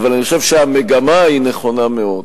אבל אני חושב שהמגמה נכונה מאוד.